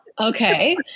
okay